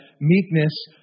meekness